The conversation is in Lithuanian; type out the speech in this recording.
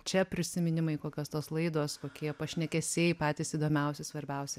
čia prisiminimai kokios tos laidos kokie pašnekesiai patys įdomiausi svarbiausi